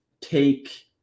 take